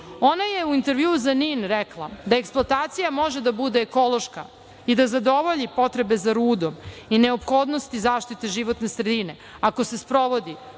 je u intervjuu za „Nin“ rekla da eksploatacija može da bude ekološka i da zadovolji potrebe za rudom i neophodnosti zaštite životne sredine ako se sprovodi